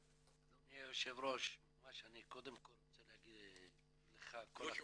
אני רק רוצה לשאול אתכם שאלה פשוטה ואני רוצה להגיד לכם מניסיוני.